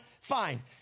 fine